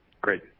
Great